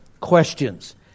questions